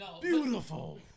Beautiful